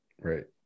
Right